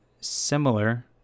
Similar